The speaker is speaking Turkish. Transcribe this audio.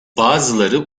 bazıları